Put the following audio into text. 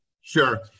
Sure